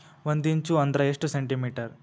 ಒಂದಿಂಚು ಅಂದ್ರ ಎಷ್ಟು ಸೆಂಟಿಮೇಟರ್?